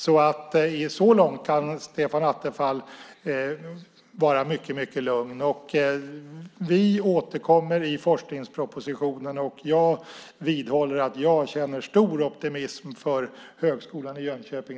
Så långt kan Stefan Attefall vara mycket lugn. Vi återkommer i forskningspropositionen. Jag vidhåller att jag känner stor optimism för framtiden för Högskolan i Jönköping.